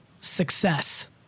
Success